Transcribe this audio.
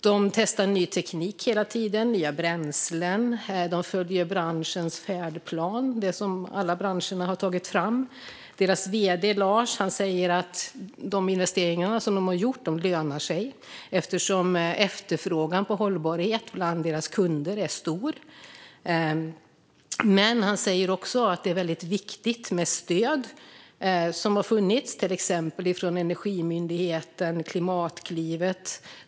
De testar hela tiden ny teknik och nya bränslen. De följer färdplanen, som alla branscherna har tagit fram. Deras vd Lars säger att de investeringar som de har gjort lönar sig eftersom efterfrågan på hållbarhet bland deras kunder är stor. Men han säger också att det är väldigt viktigt med det stöd som har funnits. Det gäller till exempel stöd från Energimyndigheten och Klimatklivet.